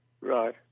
Right